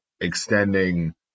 extending